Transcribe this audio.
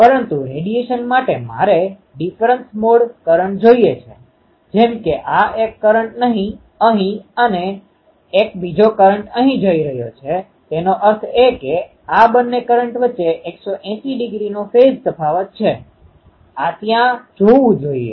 પરંતુ રેડિયેશન માટે મારે ડિફરન્સલ મોડ કરંટ જોઇએ છે જેમ કે આ એક કરન્ટ અહીં અને એક બીજો કરંટ અહીં જઈ રહ્યો છે તેનો અર્થ એ કે આ બંને કરંટ વચ્ચે 180 ડિગ્રીનો ફેઝ તફાવત છે આ ત્યાં હોવું જોઈએ